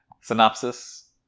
Synopsis